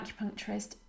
acupuncturist